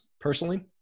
personally